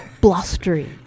blustery